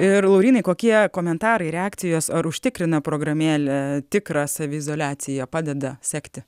ir laurynai kokie komentarai reakcijos ar užtikrina programėlė tikrą saviizoliaciją padeda sekti